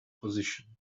position